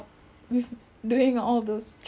it only helps during parent teacher meeting jer